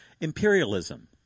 imperialism